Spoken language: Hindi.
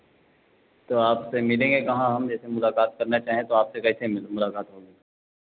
तो आपसे मिलेंगे कहाँ हम जैसे मुलाकात करना चाहें तो आपके कैसे मिल मुलाकात होगी